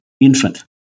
infant